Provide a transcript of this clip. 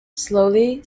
slowly